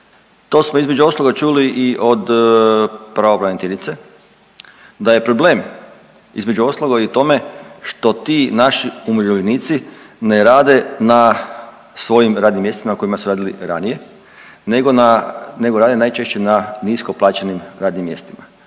to smo između ostalog čuli i od pravobraniteljice, da je problem između ostalog i u tome što ti naši umirovljenici ne rade na svojim radnim mjestima na kojima su radili ranije nego na, nego rade najčešće na nisko plaćenim radnim mjestima,